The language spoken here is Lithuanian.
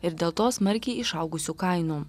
ir dėl to smarkiai išaugusių kainų